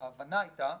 ההבנה הייתה,